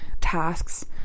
tasks